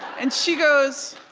and she goes,